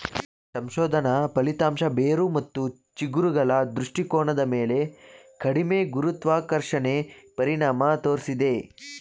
ಸಂಶೋಧನಾ ಫಲಿತಾಂಶ ಬೇರು ಮತ್ತು ಚಿಗುರುಗಳ ದೃಷ್ಟಿಕೋನದ ಮೇಲೆ ಕಡಿಮೆ ಗುರುತ್ವಾಕರ್ಷಣೆ ಪರಿಣಾಮ ತೋರ್ಸಿದೆ